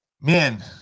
man